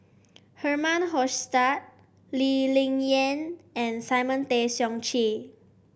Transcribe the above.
Herman Hochstadt Lee Ling Yen and Simon Tay Seong Chee